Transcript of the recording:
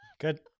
Good